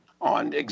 On